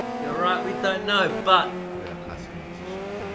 you're right. we don't know. but! we are classical musicians.